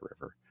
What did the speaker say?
river